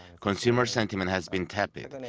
consumer sentiment has been tepid, i mean